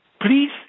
Please